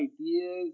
ideas